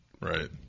Right